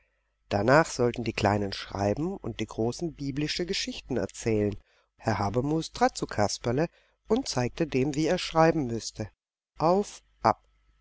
danach sollten die kleinen schreiben und die großen biblische geschichten erzählen herr habermus trat zu kasperle und zeigte dem wie er schreiben müßte auf ab